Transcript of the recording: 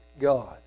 God